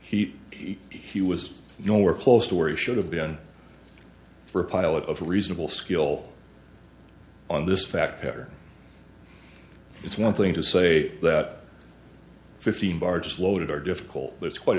he he was nowhere close to where he should have been for a pilot of a reasonable skeel on this fact pattern it's one thing to say that fifteen barges loaded are difficult it's quite